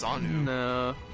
No